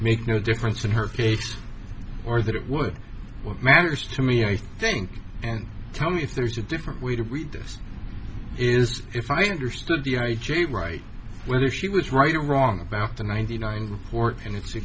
make no difference in her case or that it would what matters to me i think and tell me if there's a different way to read this is if i understood the i j a right whether she was right or wrong about the ninety nine report and its